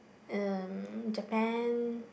um Japan